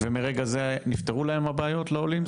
ומרגע זה נפתרו להם הבעיות, לעולים?